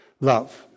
love